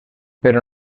però